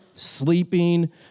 sleeping